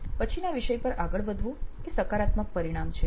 પછીના વિષય પર આગળ વધવું એ સકારાત્મક પરિણામ છે